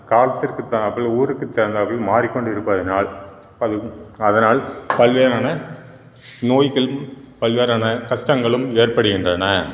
காலத்திற்கு தகுந்தாற்போல் இந்த ஊருக்கு தகுந்தாற்போல் மாறிக்கொண்டு இருப்பதனால் அது அதனால் பல்வேறான நோய்களும் பல்வேறான கஷ்டங்களும் ஏற்படுகின்றன